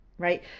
right